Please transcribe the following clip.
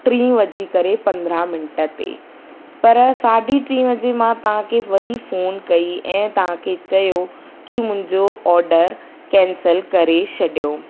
टे वजी करे पंद्रहं मिंट ते पर साढी ट्री वजे मां तव्हांखे वरी फोन कई ऐं तव्हांखे चयो की मुंहिंजो ऑडर केंसिल करे छॾियो